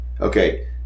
Okay